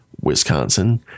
Wisconsin